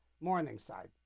Morningside